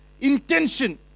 intention